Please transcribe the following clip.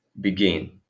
begin